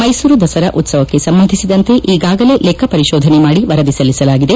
ಮೈಸೂರು ದಸರಾ ಉತ್ಸವಕ್ಕೆ ಸಂಬಂಧಿಸಿದಂತೆ ಈಗಾಗಲೇ ಲೆಕ್ಕ ಪರಿಶೋಧನೆ ಮಾಡಿ ವರದಿ ಸಲ್ಲಿಸಲಾಗಿದೆ